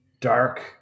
dark